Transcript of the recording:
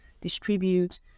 distribute